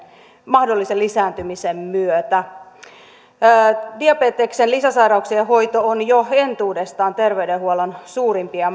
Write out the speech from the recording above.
mahdollisen lisääntymisen myötä diabeteksen lisäsairauksien hoito on jo entuudestaan terveydenhuollon suurimpia